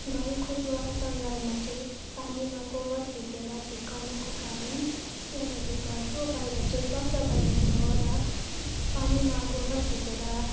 घरको द्वार सङ्घारमा चाहिँ पानीमा गोबर फिटेर छर्कनुको कारण त्यहाँनिर घरको बाहिर चाहिँ स्वच्छ बनाउनु हो र पानीमा गोबर फिटेर